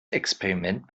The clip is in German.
experiment